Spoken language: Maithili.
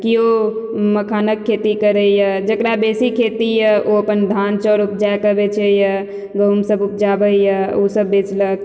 केओ मखानक खेती करै यऽ जकरा बेसी खेती यऽ ओ अपन धान चाउर उपजा कऽ बेचै यऽ गहूॅंम सब उपजाबै यऽ ओ सब बेचलक